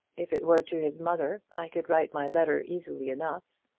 if it were to his mother i could write my letter easily enough.